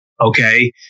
okay